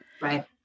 right